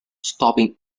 stopping